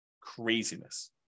Craziness